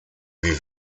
wie